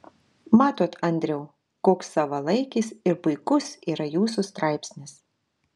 matot andriau koks savalaikis ir puikus yra jūsų straipsnis